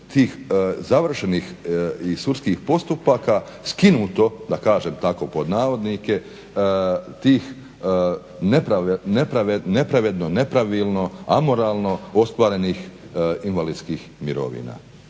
tih završenih i sudskih postupaka "skinuto", da kažem tako pod navodnike, tih nepravedno, nepravilno, amoralno ostvarenih invalidskih mirovina,